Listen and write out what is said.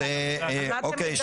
אוקיי,